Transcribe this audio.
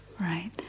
Right